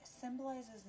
symbolizes